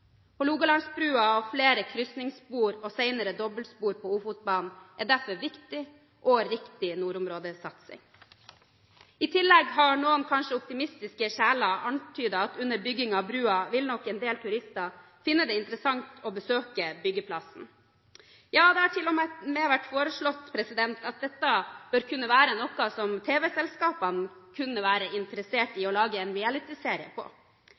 fra Narvik. Hålogalandsbrua, flere kryssingsspor og senere dobbelspor på Ofotbanen er derfor viktig og riktig nordområdesatsing. I tillegg har noen, kanskje optimistiske sjeler, antydet at under byggingen av brua vil nok en del turister finne det interessant å besøke byggeplassen. Ja, det har til og med vært foreslått at dette bør være noe tv-selskapene kunne være interessert i å lage en